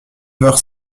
heures